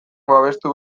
babestu